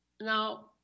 Now